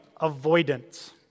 avoidance